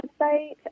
website